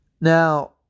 Now